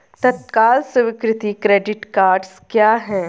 तत्काल स्वीकृति credit cards क्या हैं?